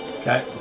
Okay